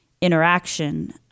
Interaction